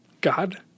God